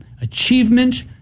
achievement